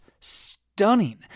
stunning